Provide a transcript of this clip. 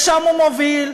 לשם הוא מוביל.